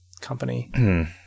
company